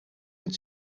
het